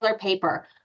paper